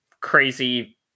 crazy